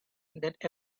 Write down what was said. that